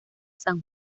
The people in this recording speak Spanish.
san